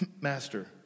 Master